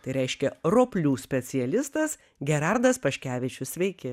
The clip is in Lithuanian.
tai reiškia roplių specialistas gerardas paškevičius sveiki